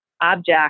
object